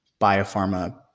biopharma